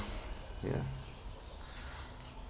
ya